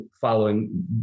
following